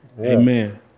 Amen